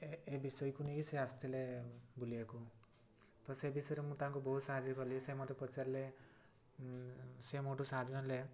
ଏ ବିଷୟକୁ ନେଇ ସେ ଆସିଥିଲେ ବୁଲିବାକୁ ତ ସେ ବିଷୟରେ ମୁଁ ତାଙ୍କୁ ବହୁତ ସାହାଯ୍ୟ କଲି ସେ ମୋତେ ପଚାରିଲେ ସେ ମୋଠୁ ସାହାଯ୍ୟ ନେଲେ